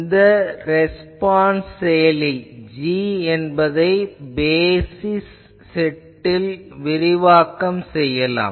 இந்த ரெஸ்பான்ஸ் செயலி g என்பதை பேசிஸ் செட்டில் விரிவாக்கம் செய்யலாம்